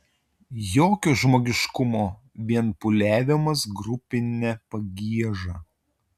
jokio žmogiškumo vien pūliavimas grupine pagieža